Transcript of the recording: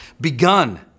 begun